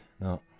no